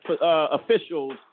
officials